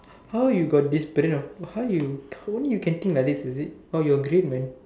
how you got this brain of how you only you can think like this is it oh you are great man